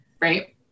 right